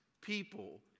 people